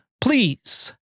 please